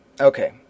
okay